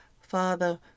Father